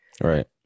Right